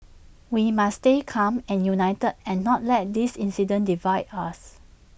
we must stay calm and united and not let this incident divide us